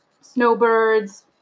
snowbirds